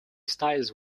styles